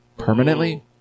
Permanently